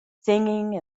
singing